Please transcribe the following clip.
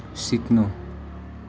सिक्नु